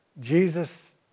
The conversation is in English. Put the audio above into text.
Jesus